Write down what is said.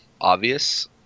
obvious